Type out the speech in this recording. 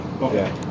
Okay